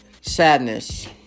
sadness